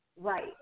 Right